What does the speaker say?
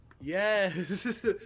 Yes